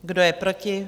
Kdo je proti?